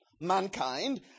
mankind